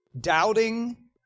doubting